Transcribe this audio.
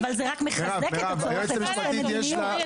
בכלל הוא לא יושב פה.